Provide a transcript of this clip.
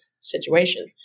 situation